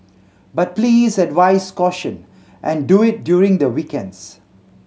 but please advise caution and do it during the weekends